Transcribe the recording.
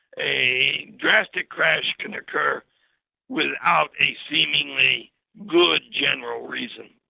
a drastic crash can occur without a seemingly good general reason.